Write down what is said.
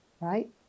right